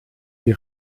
die